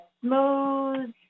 smooth